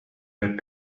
that